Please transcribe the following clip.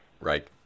right